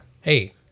hey